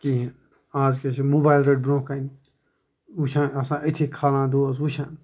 کہیٖنۍ اَز کِیاہ چھِ موبایِل روٚٹ بَرونٛہہ کٔنۍ وُچھان آسان أتھی کھالان دوس وُچھان